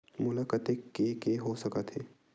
मोला कतेक के के हो सकत हे?